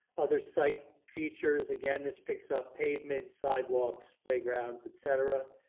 other site features, again this picks up pavement, sidewalks, playgrounds, et cetera.